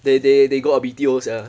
they they they got a B_T_O sia